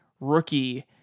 rookie